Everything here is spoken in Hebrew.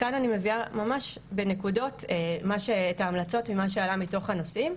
כאן אני מביאה ממש בנקודות את ההמלצות ממה שעלה מתוך הנושאים,